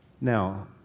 Now